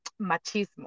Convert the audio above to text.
machismo